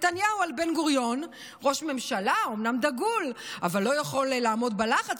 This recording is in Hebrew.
נתניהו על בן-גוריון: אומנם ראש ממשלה דגול אבל לא יכול לעמוד בלחץ,